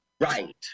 Right